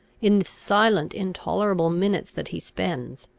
in the silent intolerable minutes that he spends,